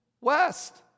west